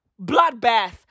Bloodbath